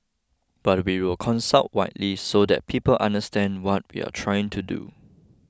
but we will consult widely so that people understand what we're trying to do